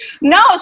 No